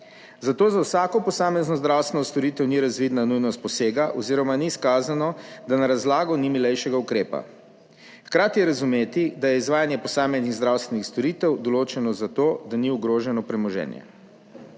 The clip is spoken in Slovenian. zato za vsako posamezno zdravstveno storitev ni razvidna nujnost posega oziroma ni izkazano, da na razlago ni milejšega ukrepa. Hkrati je razumeti, da je izvajanje posameznih zdravstvenih storitev določeno za to, da ni ogroženo premoženje.